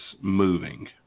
moving